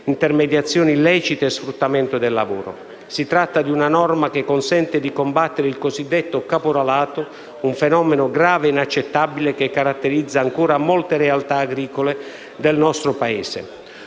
intermediazione illecita e sfruttamento del lavoro. Si tratta di una norma che consente di combattere il cosiddetto caporalato, un fenomeno grave e inaccettabile che caratterizza ancora molte realtà agricole del nostro Paese.